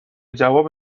جواب